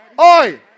Oi